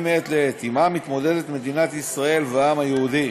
מעת לעת שעמם מתמודדים מדינת ישראל והעם היהודי.